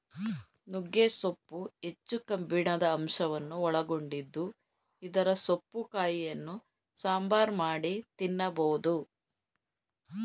ನುಗ್ಗೆ ಸೊಪ್ಪು ಹೆಚ್ಚು ಕಬ್ಬಿಣದ ಅಂಶವನ್ನು ಒಳಗೊಂಡಿದ್ದು ಇದರ ಸೊಪ್ಪು ಕಾಯಿಯನ್ನು ಸಾಂಬಾರ್ ಮಾಡಿ ತಿನ್ನಬೋದು